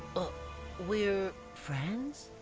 ah we are. friends?